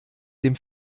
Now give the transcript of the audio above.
dem